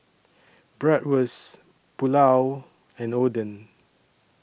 Bratwurst Pulao and Oden